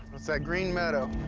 it's that green meadow.